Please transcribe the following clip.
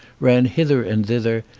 ran hither and thither,